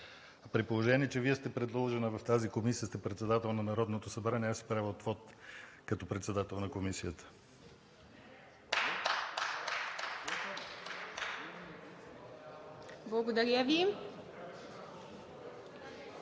При положение че Вие сте предложена в тази комисия и сте председател на Народното събрание, аз си правя отвод като председател на Комисията. (Ръкопляскания.)